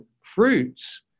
fruits